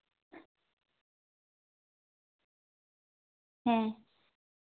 ᱦᱮᱸ